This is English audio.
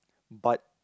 but